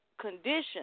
conditions